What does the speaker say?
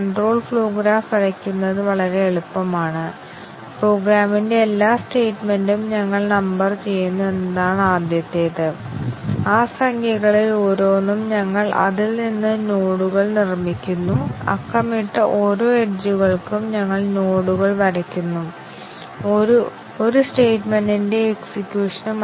multiple condition coverage ഒരു ശക്തമായ testing സാങ്കേതികതയാണെങ്കിലും ഇത് ഒരു ശക്തമായ പരിശോധന ആവശ്യകതയാണെന്ന് ഞങ്ങൾ ഇതിനകം പറഞ്ഞിട്ടുണ്ട് എന്നാൽ ഇത് പ്രായോഗികമല്ല ആറ്റോമിക് അവസ്ഥകളുടെ എണ്ണത്തിൽ എക്സ്പോണൻഷ്യൽ ആയ നിരവധി ടെസ്റ്റ് കേസുകൾ ഉണ്ടാകും